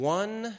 one